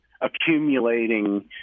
accumulating